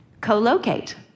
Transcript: Co-locate